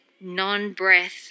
non-breath